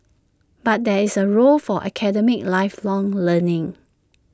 but there is A role for academic lifelong learning